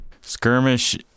skirmish